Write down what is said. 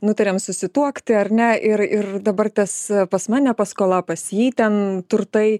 nutarėm susituokti ar ne ir ir dabar tas pas mane paskola pas jį ten turtai